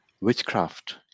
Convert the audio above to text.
witchcraft